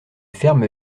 ferme